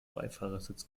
beifahrersitz